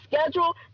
schedule